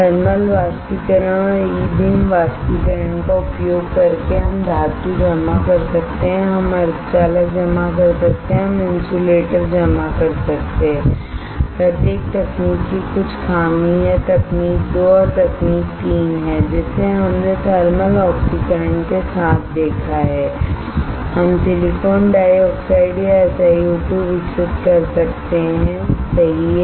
thermal वाष्पीकरण और E beam वाष्पीकरण का उपयोग करके हम धातु जमा कर सकते हैं हम सेमीकंडक्टर जमा कर सकते हैं हम इन्सुलेटर जमा कर सकते हैं प्रत्येक तकनीक की कुछ खामी है तकनीक 2 और तकनीक 3 है जिसे हमने थर्मल ऑक्सीकरण के साथ देखा है हम सिलिकॉन डाइऑक्साइड या SiO2 विकसित कर सकते हैंसही है